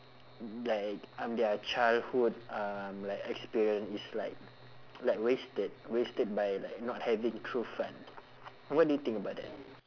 like um their childhood um like experience it's like like wasted wasted by like not having true fun what do you think about that